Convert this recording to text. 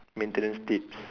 maintenance tips